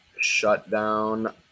shutdown